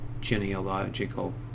genealogical